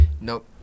Nope